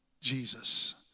Jesus